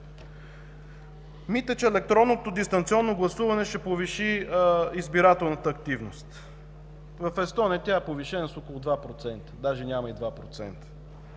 Мит е, че електронното дистанционно гласуване ще повиши избирателната активност. В Естония тя е повишена с около 2%, даже няма и 2%,